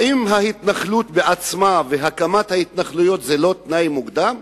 האם ההתנחלות עצמה והקמת ההתנחלויות זה לא תנאי מוקדם?